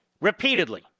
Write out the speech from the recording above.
Repeatedly